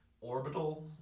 orbital